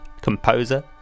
composer